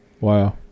Wow